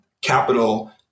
capital